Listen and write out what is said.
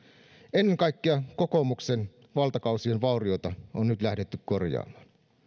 ennen kaikkea kokoomuksen valtakausien vaurioita on nyt lähdetty korjaamaan